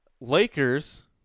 Lakers